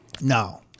No